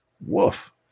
Woof